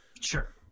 Sure